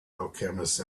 alchemist